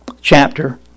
chapter